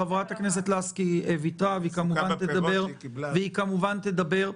חברת הכנסת לסקי ויתרה, והיא כמובן תדבר.